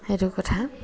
সেইটো কথা